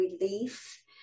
relief